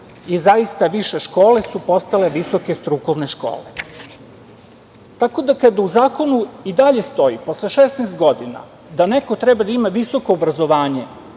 i zaista više škole su postale visoke strukovne škole. Tako da kada u zakonu i dalje stoji posle 16 godina da neko treba da ima visoko obrazovanje